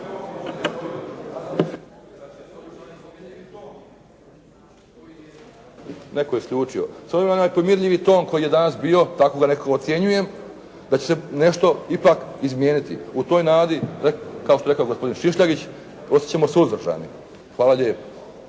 Netko je isključio. S obzirom na pomirljivi ton koji je danas bio, tako ga nekako ocjenjujem, da će se nešto ipak izmijeniti u toj nadi kao što je rekao gospodin Šišljagić, ostati ćemo suzdržani. Hvala lijepo.